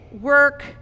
work